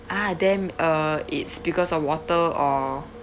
ah damp uh it's because of water or